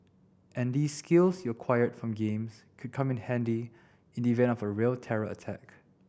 and these skills you acquired from games could come in handy in the event of a real terror attack